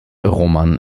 roman